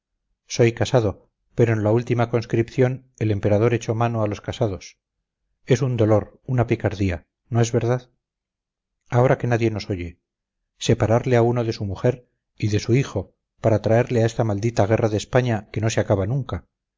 soy casado pero en la última conscripción el emperador echó mano a los casados es un dolor una picardía no es verdad ahora que nadie nos oye separarle a uno de su mujer y de su hijo para traerle a esta maldita guerra de españa que no se acaba nunca